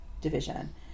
Division